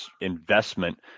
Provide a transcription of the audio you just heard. investment